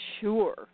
sure